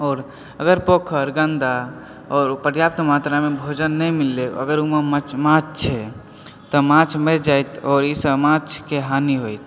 आओर अगर पोखरि गंदा आओर पर्याप्त मात्रामे भोजन नहि मिललै आओर अगर ओहि मे माछ छै तऽ माछ मरि जाइत आओर एहिसॅं माछ के हानि होएत